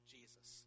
Jesus